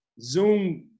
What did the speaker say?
Zoom